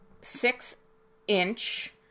six-inch